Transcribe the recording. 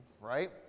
right